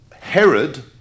Herod